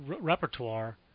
repertoire